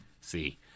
see